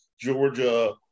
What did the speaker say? Georgia